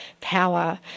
power